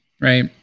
right